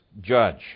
judge